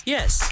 Yes